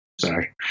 Sorry